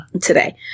today